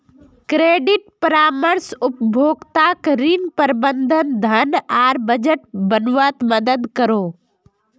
credit परामर्श उपभोक्ताक ऋण, प्रबंधन, धन आर बजट बनवात मदद करोह